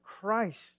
Christ